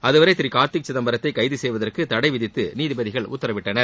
அதுவரை திரு கார்த்தி சிதம்பரத்தை கைது செய்வதற்கு தடை விதித்து நீதிபதிகள் உத்தரவிட்டனர்